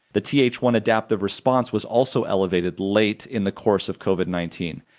the t h one adaptive response was also elevated late in the course of covid nineteen.